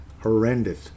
Horrendous